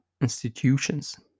institutions